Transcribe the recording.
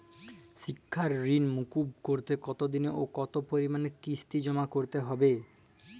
শিক্ষার ঋণ মুকুব করতে কতোদিনে ও কতো পরিমাণে কিস্তি জমা করতে হবে?